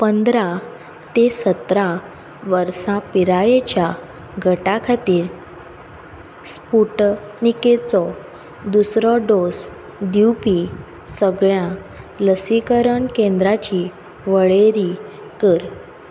पंदरा ते सतरा वर्सां पिरायेच्या गटा खातीर स्पुटनिकचो दुसरो डोस दिवपी सगळ्या लसीकरण केंद्राची वळेरी कर